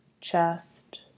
chest